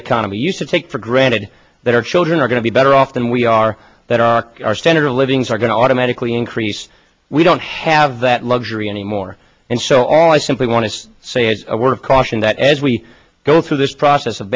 economy used to take for granted that our children are going to be better off than we are that our our standard of living is are going to automatically increase we don't have that luxury anymore and so all i simply want to say is a word of caution that as we go through this process of